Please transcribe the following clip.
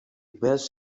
best